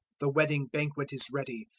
the wedding banquet is ready,